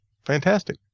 Fantastic